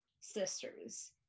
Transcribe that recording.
sisters